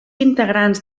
integrants